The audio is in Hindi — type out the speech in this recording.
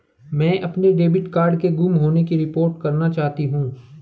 मैं अपने डेबिट कार्ड के गुम होने की रिपोर्ट करना चाहती हूँ